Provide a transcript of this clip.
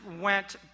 went